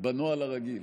בנוהל הרגיל,